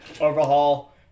Overhaul